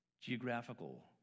geographical